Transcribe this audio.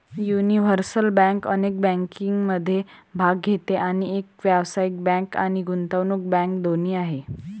universal bank अनेक बँकिंगमध्ये भाग घेते आणि एक व्यावसायिक बँक आणि गुंतवणूक बँक दोन्ही आहे